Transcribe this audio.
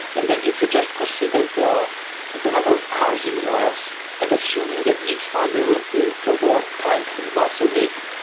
and then if you consider the the number of cars in u s. and assuming that each one will will fill the tank once a week,